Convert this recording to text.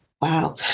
Wow